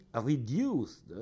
reduced